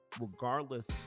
regardless